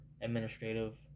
administrative